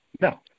No